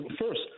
first